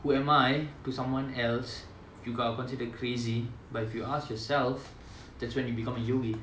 who am I to someone else you are considered crazy but if you ask yourself that's when you become yogi